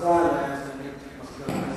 הכרזה לסגנית מזכיר הכנסת.